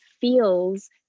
feels